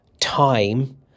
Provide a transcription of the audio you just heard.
time